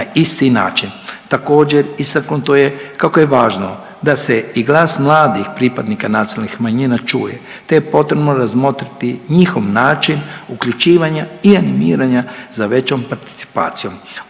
na isti način. Također, istaknuto je kako je važno da se i glas mladih pripadnika nacionalnih manjina čuje te je potrebno razmotriti njihov način uključivanja i animiranja za većom participacijom.